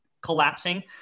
collapsing